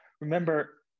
remember